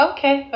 Okay